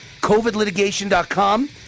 COVIDLitigation.com